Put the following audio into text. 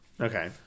Okay